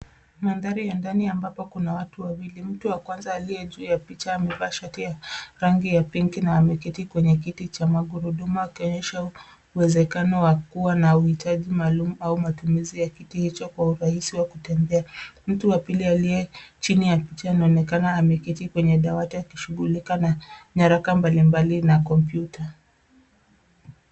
Mandhari ya ndani ambapo kuna watu watu wawili. Mtu wa kwanza aliye juu ya picha amevaa shati ya rangi ya pinki na ameketi kwenye kiti cha magurudumu akionyesha uwezekano wa kuwa na uhitaji maalum au matumizi ya kiti hicho kwa urahisi wa kutembea. Mtu wa pili aliye chini ya picha anaonekana ameketi kwenye dawati akishughulika na nyaraka mbali mbali na kompyuta.